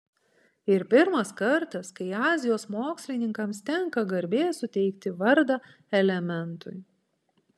ir pirmas kartas kai azijos mokslininkams tenka garbė suteikti vardą elementui